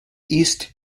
east